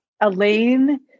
Elaine